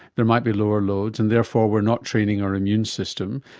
there might be lower loads, and therefore we're not training our immune system.